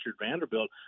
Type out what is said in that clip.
Vanderbilt